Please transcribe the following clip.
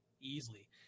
easily